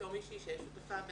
בתור מישהי שנכחה,